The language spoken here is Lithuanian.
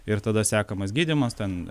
ir tada sekamas gydymas ten